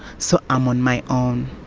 so i'm on my own.